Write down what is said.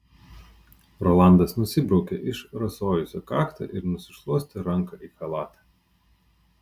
rolandas nusibraukė išrasojusią kaktą ir nusišluostė ranką į chalatą